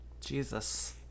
Jesus